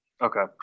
Okay